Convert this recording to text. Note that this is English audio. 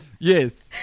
yes